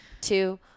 two